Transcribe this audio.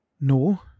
No